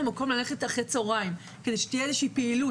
מקום ללכת אחר הצוהריים שבו תהיה לנו איזושהי פעילות.